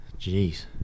Jeez